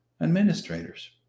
administrators